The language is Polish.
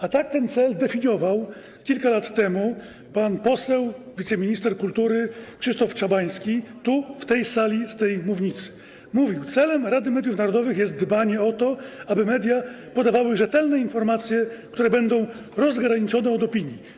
A tak ten cel definiował kilka lat temu pan poseł, wiceminister kultury Krzysztof Czabański, tu, w tej sali, z tej mównicy: celem Rady Mediów Narodowych jest dbanie o to, aby media podawały rzetelne informacje, które będą rozgraniczone od opinii.